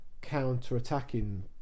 counter-attacking